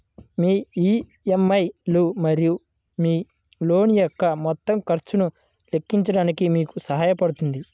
మీ EMI లు మరియు మీ లోన్ యొక్క మొత్తం ఖర్చును లెక్కించడానికి మీకు సహాయపడుతుంది